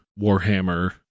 Warhammer